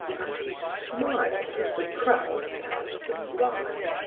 and he smiled as the crowd passed them by.